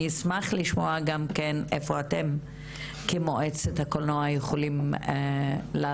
אני אשמח לשמוע גם כן במה אתם כמועצת הקולנוע יכולים לעזור,